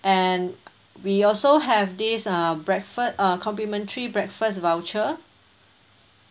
and we also have this uh breakfa~ uh complimentary breakfast voucher